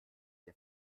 der